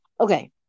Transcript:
Okay